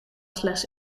slechts